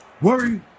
Worry